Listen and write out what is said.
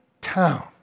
town